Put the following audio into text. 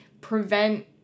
prevent